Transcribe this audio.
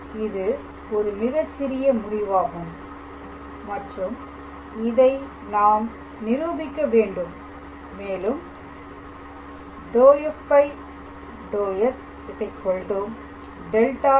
இது ஒரு மிகச்சிறிய முடிவாகும் மற்றும் இதை நாம் நிரூபிக்க வேண்டும் மேலும் fds ∇⃗⃗ fP